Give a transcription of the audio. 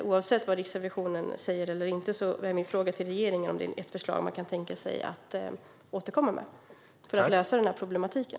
Oavsett vad Riksrevisionen säger eller inte säger är min fråga till regeringen om det är ett förslag man kan tänka sig att återkomma med för att lösa den här problematiken.